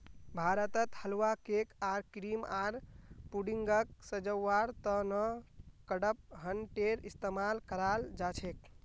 भारतत हलवा, केक आर क्रीम आर पुडिंगक सजव्वार त न कडपहनटेर इस्तमाल कराल जा छेक